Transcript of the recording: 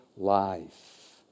life